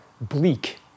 bleak